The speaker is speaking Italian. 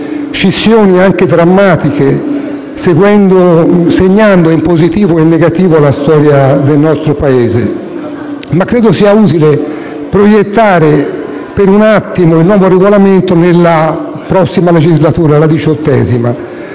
scissioni anche drammatiche, segnando in positivo e in negativo la storia del nostro Paese. Credo sia utile, però, proiettare per un attimo il nuovo Regolamento nella prossima legislatura, la XVIII.